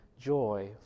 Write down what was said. Joy